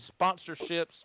sponsorships